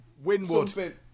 Winwood